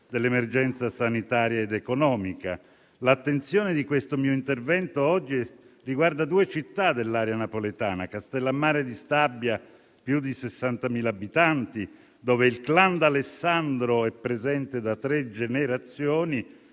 dell'emergenza sanitaria ed economica. L'attenzione di questo mio intervento odierno riguarda due città dell'area napoletana: Castellammare di Stabia, che ha più di 60.000 abitanti, dove il *clan* D'Alessandro è presente da tre generazioni,